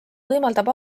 võimaldab